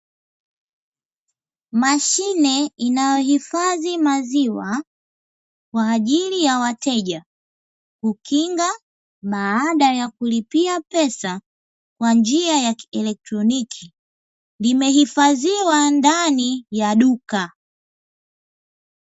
Mashine inayohifadhi maziwa, kwa ajili ya wateja; hukinga baada ya kulipia pesa kwa njia ya kielekroniki, imehifadhiwa ndani ya duka.